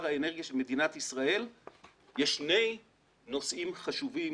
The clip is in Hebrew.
האנרגיה של מדינת ישראל יש שני נושאים חשובים